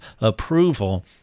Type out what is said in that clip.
approval